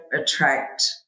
attract